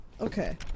okay